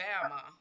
Alabama